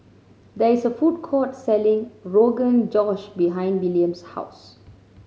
there is a food court selling Rogan Josh behind William's house